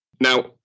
Now